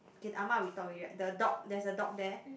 okay the ah ma we talked already right the dog there is a dog there